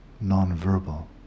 non-verbal